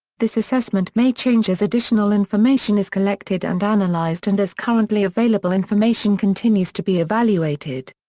this assessment may change as additional information is collected and analyzed and as currently available information continues to be evaluated.